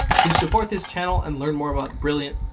to support this channel and learn more about brilliant,